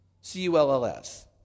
C-U-L-L-S